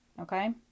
Okay